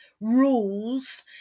rules